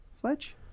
Fletch